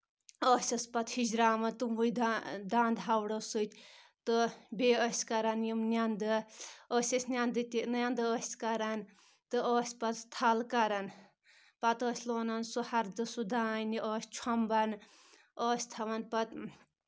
ٲس ٲس پَتہٕ ہِجراوَان تِموے داند ہوڑو سۭتۍ تہٕ بیٚیہِ ٲسۍ کَران یِم نؠنٛدٕ ٲسۍ أسۍ نؠنٛدٕ تہِ نیٚنٛدٕ ٲسۍ کَرَان تہٕ ٲسۍ پَتہٕ تھل کَرَان پَتہٕ ٲسۍ لونان سُہ ہردٕ سُہ دانہِ ٲسۍ چھۄمبان ٲسۍ تھاوان پَتہٕ